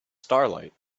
starlight